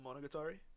Monogatari